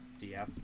DS